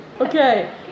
Okay